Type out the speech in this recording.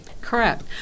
Correct